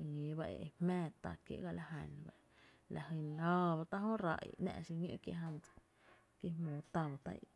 e ñ´óó ba e jmáá tá kiee’ ga la jan, la jyn áá ba tá’ jö ráá’ i ‘nⱥ’ xiñó’ kiee’ jan dsa ki jmóo tá ba tá’ i i